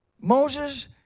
Moses